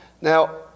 Now